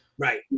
Right